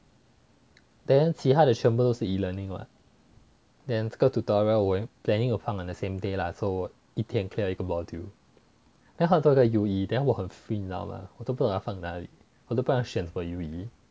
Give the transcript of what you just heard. then 其他的全部都是 e-learning [what] then 这个 tutorial 我 planning to 放 on the same day lah so 一天 clear 一个 module then 还有多一个 U_E then 我很 free now 都不懂要放哪里我都不懂要选什么 U_E